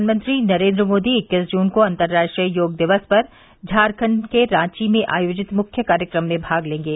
प्रधानमंत्री नरेन्द्र मोदी इक्कीस जून को अंतर्राष्ट्रीय योग दिवस पर झारखण्ड के रांची में आयोजित मुख्य कार्यक्रम में भाग लेंगे